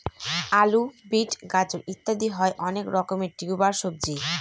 আলু, বিট, গাজর ইত্যাদি হয় অনেক রকমের টিউবার সবজি